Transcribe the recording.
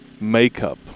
makeup